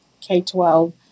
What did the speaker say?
K-12